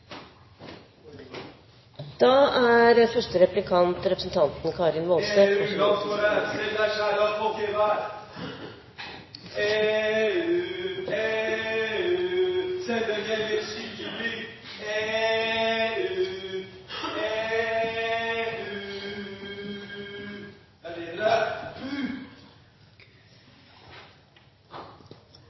Da er første replikant representanten Karin